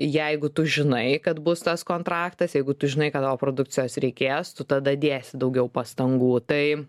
jeigu tu žinai kad bus tas kontraktas jeigu tu žinai kad tavo produkcijos reikės tu tada dėsi daugiau pastangų tai